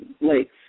lakes